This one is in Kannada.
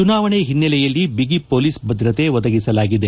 ಚುನಾವಣೆ ಹಿನ್ನೆಲೆಯಲ್ಲಿ ಬಿಗಿ ಮೊಲೀಸ್ ಭದ್ರತೆ ಒದಗಿಸಲಾಗಿದೆ